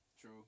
True